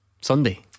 Sunday